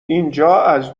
اینجااز